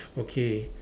okay